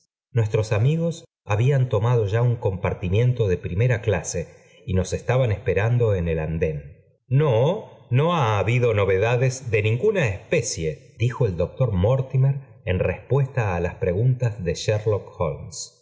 nuestros amigos habían tomado ya un compar miento de primera clase y nos estaban esperando en el andén no no ha habido novedades de ninguna especie dijo el doctor mortimer en respuesta á las preguntas de sherlock holmes